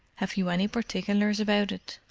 have you any particulars about it?